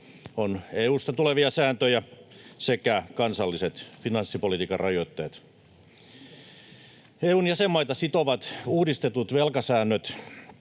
on EU:sta tulevia sääntöjä sekä kansalliset finanssipolitiikan rajoitteet. EU:n jäsenmaita sitovat uudistetut velkasäännöt